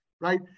right